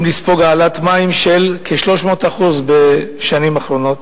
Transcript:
לספוג העלאת מחיר המים בכ-300% בשנים האחרונות.